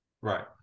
Right